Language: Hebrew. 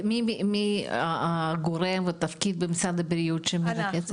מי הגורם במשרד הבריאות שבודק את זה?